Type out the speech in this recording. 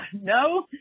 no –